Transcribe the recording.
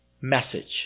message